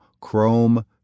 Chrome